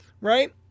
right